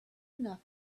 enough